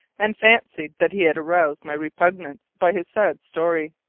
and fancied that he had aroused my repugnance by his sad story.